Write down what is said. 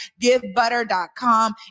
givebutter.com